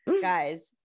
Guys